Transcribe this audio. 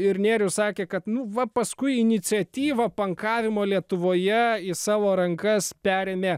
ir nėrius sakė kad nu va paskui iniciatyvą pankavimo lietuvoje į savo rankas perėmė